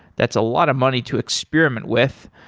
that's a lot of money to experiment with.